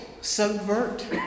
subvert